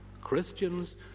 Christians